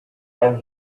and